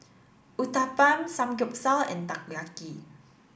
Uthapam Samgeyopsal and Takoyaki